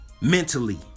mentally